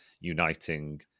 uniting